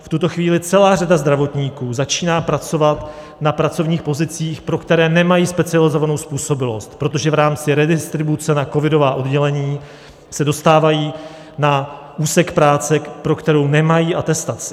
V tuto chvíli celá řada zdravotníků začíná pracovat na pracovních pozicích, pro které nemají specializovanou způsobilost, protože v rámci redistribuce na covidová oddělení se dostávají na úsek práce, pro kterou nemají atestaci.